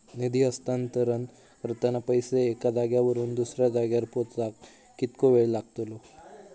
निधी हस्तांतरण करताना पैसे एक्या जाग्यावरून दुसऱ्या जाग्यार पोचाक कितको वेळ लागतलो?